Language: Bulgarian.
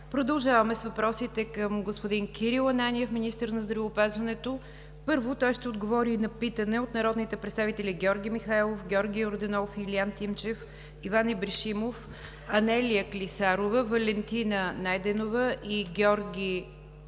Продължаваме с въпросите към господин Кирил Ананиев – министър на здравеопазването. Първо, той ще отговори на питане от народните представители Георги Михайлов, Георги Йорданов, Илиян Тимчев, Иван Ибришимов, Анелия Клисарова, Валентина Найденова и Георги